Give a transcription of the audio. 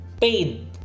paid